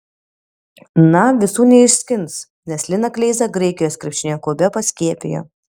na visų neišskins nes liną kleizą graikijos krepšinio klube paskiepijo